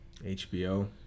HBO